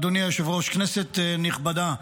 אדוני היושב-ראש, כנסת נכבדה,